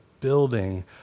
building